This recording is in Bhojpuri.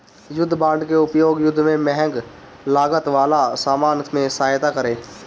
युद्ध बांड के उपयोग युद्ध में महंग लागत वाला सामान में सहायता करे